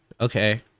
okay